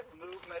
movement